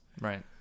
right